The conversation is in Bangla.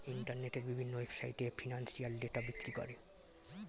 ইন্টারনেটের বিভিন্ন ওয়েবসাইটে এ ফিনান্সিয়াল ডেটা বিক্রি করে